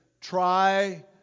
try